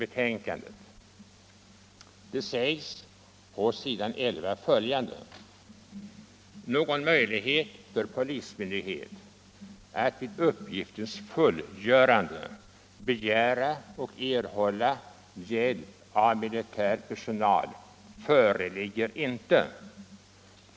Där sägs på s. 11 följande: ”Någon möjlighet för polismyndighet att vid uppgiftens fullgörande begära och erhålla hjälp av militär personal föreligger inte.